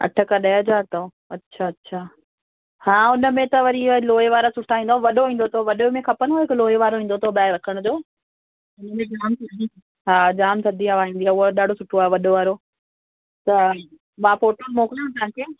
अठ खां ॾहें हज़ार अथव अछा अछा हा हुन में त वरी इहा लोहे वारा सुठा ईंदव वॾो ईंदो त वॾे में खपंदव हिकु लोहे वारो ईंदो अथव ॿाहिरि रखण जो हुन में जामु थदि जामु थधी हवा ईंदी आहे उहो ॾाढो सुठो आहे वॾो वारो त मां फ़ोटा मोकिलियांव तव्हांखे